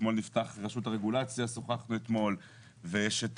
אתמול שוחחנו על רשות הרגולציה ויש את